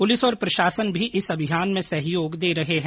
police और प्रशासन भी इस अभियान में सहयोग दे रहे हैं